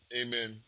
amen